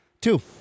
Two